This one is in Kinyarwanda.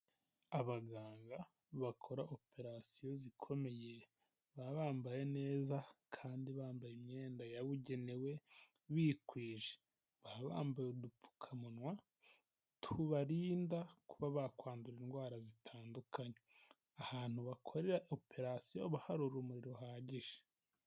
Abaganga bakora operation zikomeye baba bambaye neza kandi bambaye imyenda yabugenewe bikwije baba bambaye udupfukamunwa tubarinda kuba bakwandura indwara zitandukanye ahantu bakorera operation haba hari urumuri ruhagije.